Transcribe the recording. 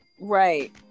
right